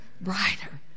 brighter